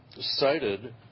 cited